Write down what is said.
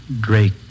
Drake